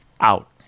out